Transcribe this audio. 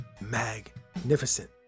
magnificent